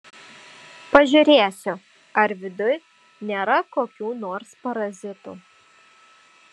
pažiūrėsiu ar viduj nėra kokių nors parazitų